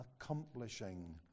accomplishing